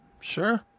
Sure